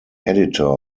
editor